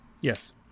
Yes